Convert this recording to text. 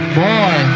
boy